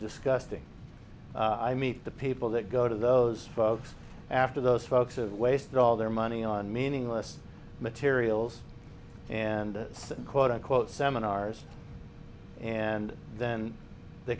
disgusting i meet the people that go to those of after those folks of wasted all their money on meaningless materials and send quote unquote seminars and then they